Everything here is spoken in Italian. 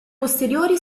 posteriori